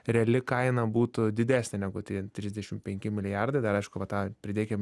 reali kaina būtų didesnė negu tie trisdešim penki milijardai dar aišku va tą pridėkim